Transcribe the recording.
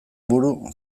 buru